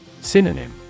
Synonym